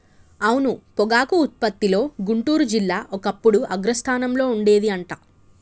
అవును పొగాకు ఉత్పత్తిలో గుంటూరు జిల్లా ఒకప్పుడు అగ్రస్థానంలో ఉండేది అంట